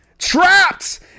trapped